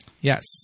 Yes